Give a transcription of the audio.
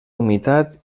humitat